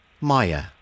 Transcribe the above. Maya